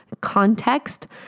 context